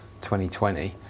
2020